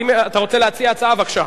אם אתה רוצה להציע הצעה, בבקשה.